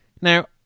Now